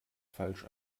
falsch